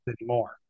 anymore